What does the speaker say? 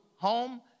home